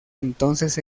entonces